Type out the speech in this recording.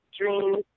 dreams